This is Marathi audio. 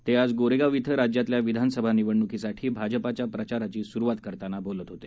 ते आज गोरेगाव भें राज्यातल्या विधानसभा निवडणुकीसाठी भाजपाच्या प्रचाराची सुरुवात करताना बोलत होते